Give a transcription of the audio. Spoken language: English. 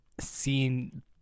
seen